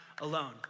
alone